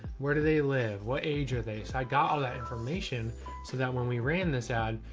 where do they live? what age are they? so i got all that information so that when we ran this ad,